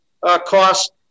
cost